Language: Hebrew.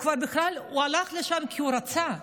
אבל הוא הלך לשם כי הוא רצה,